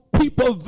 people